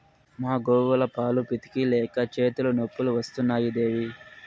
మా గోవుల పాలు పితిక లేక చేతులు నొప్పులు వస్తున్నాయి దేవీ